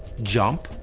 jump?